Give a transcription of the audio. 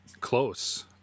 close